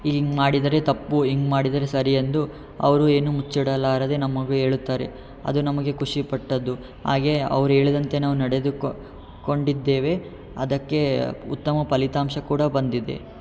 ಹಿಂಗೆ ಮಾಡಿದರೆ ತಪ್ಪು ಹಿಂಗೆ ಮಾಡಿದರೆ ಸರಿ ಎಂದು ಅವರು ಏನು ಮುಚ್ಚಿಡಲಾರದೆ ನಮಗೆ ಹೇಳುತ್ತಾರೆ ಅದು ನಮಗೆ ಖುಷಿ ಪಟ್ಟದ್ದು ಹಾಗೇ ಅವ್ರು ಹೇಳಿದಂತೆ ನಾವು ನಡೆದು ಕೊಂಡಿದ್ದೇವೆ ಅದಕ್ಕೆ ಉತ್ತಮ ಫಲಿತಾಂಶ ಕೂಡ ಬಂದಿದೆ